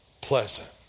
pleasant